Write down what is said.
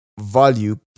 value